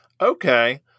Okay